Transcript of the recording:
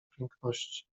piękności